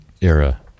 era